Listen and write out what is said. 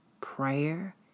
prayer